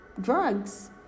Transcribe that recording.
drugs